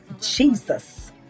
Jesus